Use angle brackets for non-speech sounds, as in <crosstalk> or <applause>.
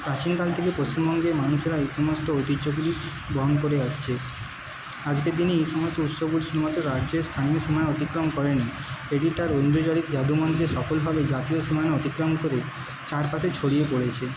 প্রাচীনকাল থেকে পশ্চিমবঙ্গের মানুষেরা এই সমস্ত ঐতিহ্যগুলি বহন করে আসছে আজকের দিনে এই সমস্ত উৎসব <unintelligible> রাজ্যের স্থানীয় সময় অতিক্রম করেনি <unintelligible> যাদুমন্ত্রে সফলভাবে জাতীয় সময় অতিক্রম করে চারপাশে ছড়িয়ে পড়েছে